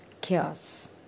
chaos